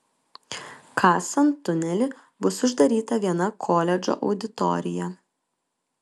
kasant tunelį bus uždaryta viena koledžo auditorija